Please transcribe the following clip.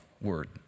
word